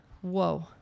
Whoa